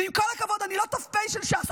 ועם כל הכבוד, אני לא ת"פ של ש"ס.